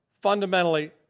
fundamentally